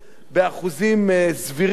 באחוזים סבירים מאוד,